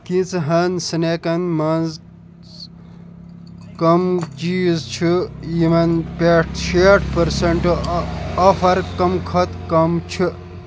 کیٚنٛژَہَن سنیکَن مَنٛز کم چیٖز چھِ یِمَن پٮ۪ٹھ شیٹھ پٔرسنٹ آفر کم کھوتہٕ کم چھِ